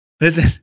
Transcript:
Listen